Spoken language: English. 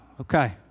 Okay